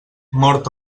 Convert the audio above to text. mort